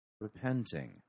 repenting